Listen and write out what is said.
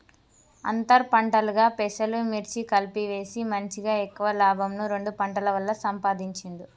అంతర్ పంటలుగా పెసలు, మిర్చి కలిపి వేసి మంచిగ ఎక్కువ లాభంను రెండు పంటల వల్ల సంపాధించిండు